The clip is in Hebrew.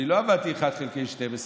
אני לא עבדתי 1 חלקי 12,